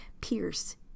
Pierce